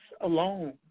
alone